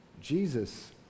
Jesus